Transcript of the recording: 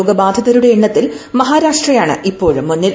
രോഗബാധിതരുടെ എണ്ണത്തിൽ മഹാരാഷ്ട്രയാണ് ഇപ്പോഴും മുന്നിൽ